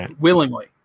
willingly